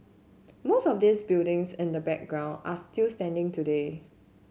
most of these buildings in the background are still standing today